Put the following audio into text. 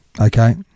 Okay